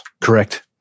correct